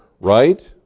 right